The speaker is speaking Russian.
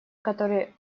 которые